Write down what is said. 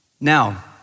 Now